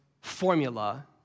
formula